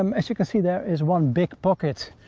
um as you can see, there is one big pocket,